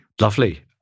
lovely